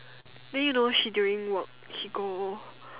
then you know she during work he go